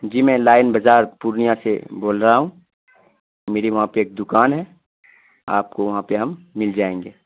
جی میں لائن بزار پورنیہ سے بول رہا ہوں میری وہاں پہ ایک دکان ہے آپ کو وہاں پہ ہم مل جائیں گے